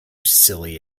silly